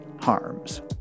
harms